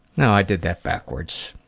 yeah aw, i did that backwards.